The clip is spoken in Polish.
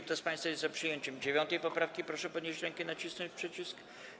Kto z państwa jest za przyjęciem 9. poprawki, proszę podnieść rękę i nacisnąć przycisk.